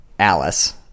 alice